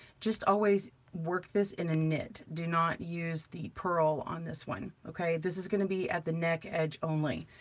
just always work this in a knit. do not use the purl on this one. okay, this is gonna be at the neck edge only.